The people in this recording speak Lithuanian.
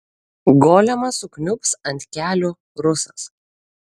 golemas sukniubs ant kelių rusas